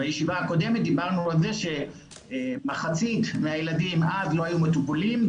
בישיבה הקודמת דיברנו על זה שמחצית מהילדים אז לא היו מטופלים.